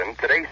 today